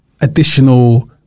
additional